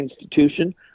institution